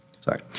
Sorry